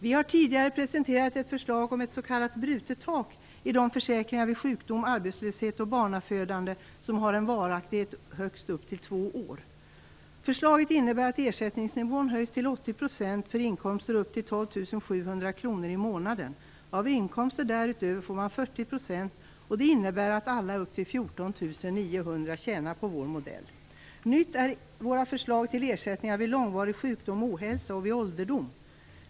Vi har tidigare presenterat ett förslag om ett s.k. brutet tak i de försäkringar vid sjukdom, arbetslöshet och barnafödande som har en varaktighet upp till högst två år. Förslaget innebär att ersättningsnivån höjs till 80 % för inkomster upp till 12 700 kr i månaden. Av inkomster därutöver får man 40 %. Det innebär att alla med inkomster upp till 14 900 kr tjänar på vår modell. Nytt är våra förslag till ersättningar vid långvarig sjukdom och ohälsa samt vid ålderdom.